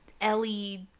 Ellie